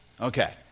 Okay